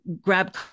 grab